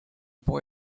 boy